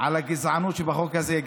בלי שנדבר על הגזענות שבחוק הזה?